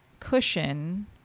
cushion